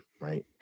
right